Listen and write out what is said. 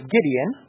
Gideon